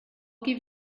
give